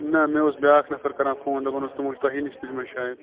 نہ مےٚ اوس بیٛاکھ نَفَر کران فون دپان اوس تمو چھِ تۄہے نِش تُجمَژٕ شاید